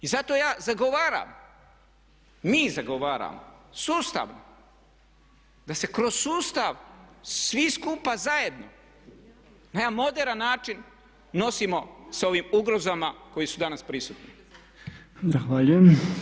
I zato ja zagovaram, mi zagovaramo, sustavno da se kroz sustav svi skupa zajedno na jedan moderan način nosimo sa ovim ugrozama koji su danas prisutni.